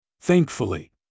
Thankfully